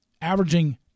averaging